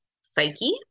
psyche